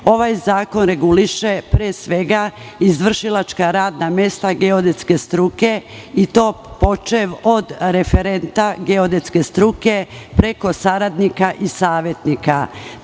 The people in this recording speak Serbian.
EU.Ovaj zakon reguliše pre svega izvršilačka radna mesta geodetske struke, i to počev od referenta geodetske struke, preko saradnika i savetnika.